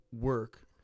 work